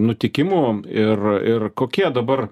nutikimų ir ir kokie dabar